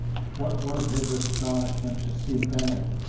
what was his astonishment to see bennett,